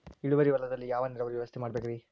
ಇಳುವಾರಿ ಹೊಲದಲ್ಲಿ ಯಾವ ನೇರಾವರಿ ವ್ಯವಸ್ಥೆ ಮಾಡಬೇಕ್ ರೇ?